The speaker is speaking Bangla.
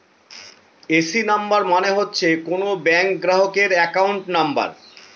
এ.সি নাম্বার মানে হচ্ছে কোনো ব্যাঙ্ক গ্রাহকের একাউন্ট নাম্বার